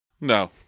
No